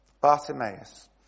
Bartimaeus